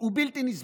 הוא בלתי נסבל,